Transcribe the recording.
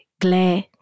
glare